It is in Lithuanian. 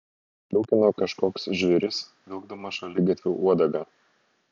nusliūkino kažkoks žvėris vilkdamas šaligatviu uodegą